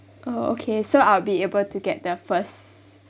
oh okay so I'll be able to get the first